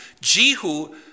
Jehu